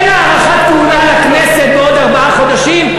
אין הארכת כהונה לכנסת בעוד ארבעה חודשים,